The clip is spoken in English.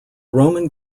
roman